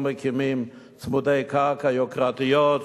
או מקימים צמודי-קרקע יוקרתיים,